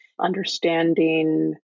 Understanding